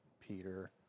Peter